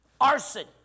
arson